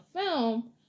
film